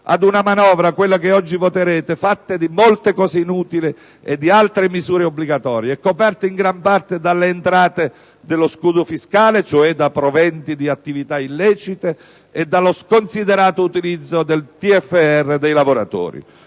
ad una manovra, quella che oggi voterete, fatta di molte cose inutili e di altre misure obbligatorie, e coperta in gran parte dalle entrate dello scudo fiscale (proventi di attività illecite) e dallo sconsiderato utilizzo del TFR dei lavoratori